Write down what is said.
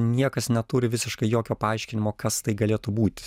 niekas neturi visiškai jokio paaiškinimo kas tai galėtų būt